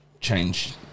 change